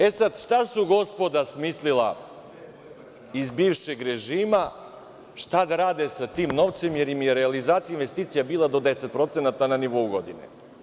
E sad, šta su gospoda smislila iz bivšeg režima, šta da rade sa tim novcem, jer im je realizacija investicija bila do 10% na nivou godine.